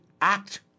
act